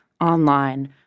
online